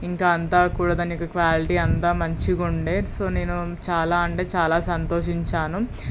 ఇంకా అంతా కూడా దాని ఒక క్వాలిటీ అంతా మంచిగా ఉంది సో నేను చాలా అంటే చాలా సంతోషించాను